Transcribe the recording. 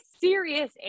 serious